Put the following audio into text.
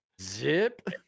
zip